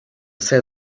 say